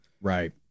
Right